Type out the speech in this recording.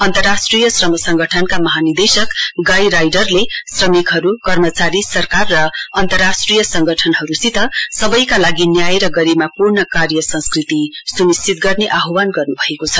अन्तरराष्ट्रिय श्रम सङ्गठनका महानिर्देशक गार्ड राइडरले श्रमिकहरू कर्मचारी सरकार र अन्तरराष्ट्रिय सङ्गठनहरूसित सबैका लागि न्याय र गरिमापूर्ण कार्य संस्कृति सुनिश्चित गर्ने आहवान गर्नु भएको छ